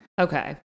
okay